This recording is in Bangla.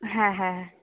হ্যাঁ হ্যাঁ